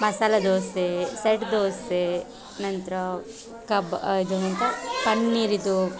ಮಸಾಲೆ ದೋಸೆ ಸೆಟ್ ದೋಸೆ ನಂತರ ಕಬ್ ಅದು ಎಂಥ ಪನ್ನೀರಿಂದು